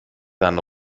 dann